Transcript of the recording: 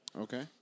Okay